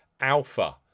Alpha